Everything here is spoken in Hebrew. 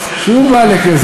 שו מאלכ, יא